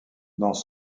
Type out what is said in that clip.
dans